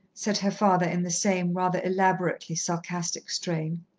said her father in the same, rather elaborately sarcastic strain.